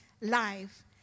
life